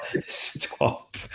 stop